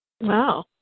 Wow